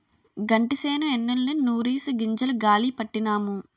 గంటిసేను ఎన్నుల్ని నూరిసి గింజలు గాలీ పట్టినాము